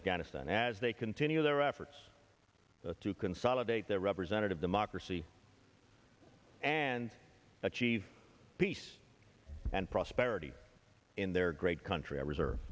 afghanistan as they continue their efforts to consolidate their representative democracy and achieve peace and prosperity in their great country i reserve